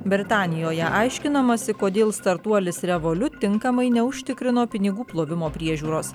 britanijoje aiškinamasi kodėl startuolis revoliut tinkamai neužtikrino pinigų plovimo priežiūros